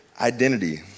identity